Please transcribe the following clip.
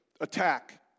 attack